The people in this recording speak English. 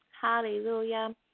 Hallelujah